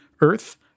Earth